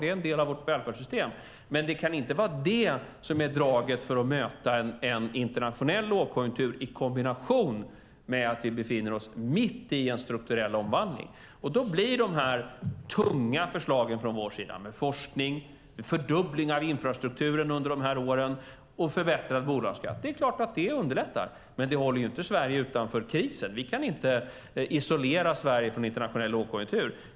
Det är en del av vårt välfärdssystem, men det kan inte vara draget när det gäller att möta en internationell lågkonjunktur i kombination med att vi befinner oss mitt i en strukturell omvandling. Då är det klart att de här tunga förslagen från vår sida, med forskning, en fördubbling av infrastrukturen under de här åren och en förbättrad bolagsskatt, underlättar. Men det håller inte Sverige utanför krisen. Vi kan inte isolera Sverige från en internationell lågkonjunktur.